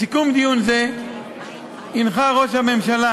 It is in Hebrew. בסיכום דיון זה הנחה ראש הממשלה,